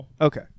okay